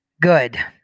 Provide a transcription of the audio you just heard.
good